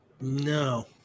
No